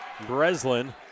Breslin